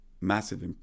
massive